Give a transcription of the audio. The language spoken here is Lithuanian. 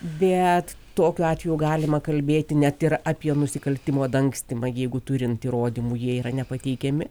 bet tokiu atveju galima kalbėti net ir apie nusikaltimo dangstymą jeigu turint įrodymų jie yra nepateikiami